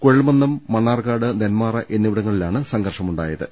കുഴൽമ ന്ദം മണ്ണാർക്കാട് നെന്മാറ എന്നിവിടങ്ങളിലാണ് സംഘർഷമുണ്ടായത്